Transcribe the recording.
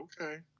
Okay